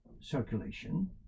circulation